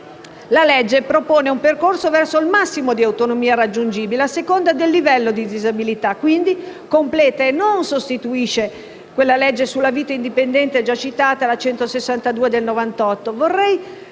in esame propone un percorso verso il massimo di autonomia raggiungibile a seconda del livello di disabilità e quindi completa e non sostituisce la legge sulla vita indipendente già citata, n. 162 del 1998.